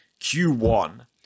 Q1